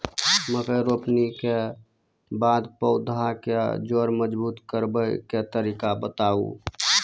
मकय रोपनी के बाद पौधाक जैर मजबूत करबा के तरीका बताऊ?